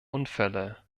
unfälle